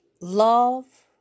Love